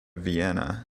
vienna